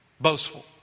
Boastful